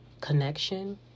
connection